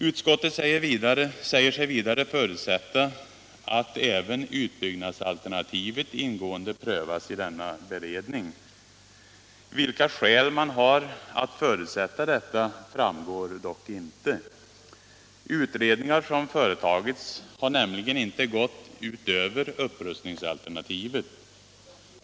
Utskottet säger sig vidare förutsätta att även utbyggnadsalternativet ingående prövas i denna beredning. Vilka skäl man har att förutsätta detta framgår dock inte. Utredningar som företagits har nämligen inte gått utöver upprustningsalternativet.